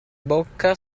bocca